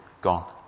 gone